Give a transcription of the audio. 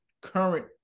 current